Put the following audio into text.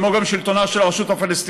כמו גם את שלטונה של הרשות הפלסטינית,